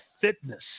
fitness